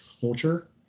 culture